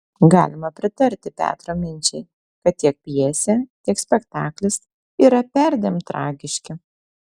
galima pritarti petro minčiai kad tiek pjesė tiek spektaklis yra perdėm tragiški